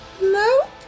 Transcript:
No